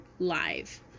live